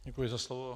Děkuji za slovo.